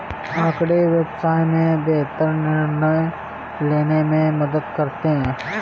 आँकड़े व्यवसाय में बेहतर निर्णय लेने में मदद करते हैं